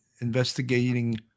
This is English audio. investigating